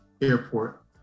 airport